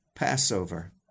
Passover